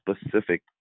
specific